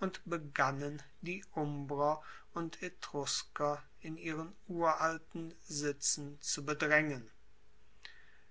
und begannen die umbrer und etrusker in ihren uralten sitzen zu bedraengen